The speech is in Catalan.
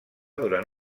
durant